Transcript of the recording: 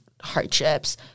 hardships